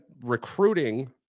recruiting